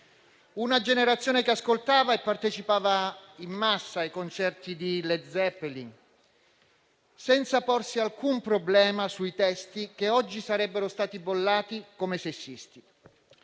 una generazione che ascoltava e partecipava in massa ai concerti dei Led Zeppelin, senza porsi alcun problema sui testi che oggi sarebbero stati bollati come sessisti.